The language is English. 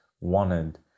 wanted